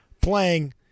playing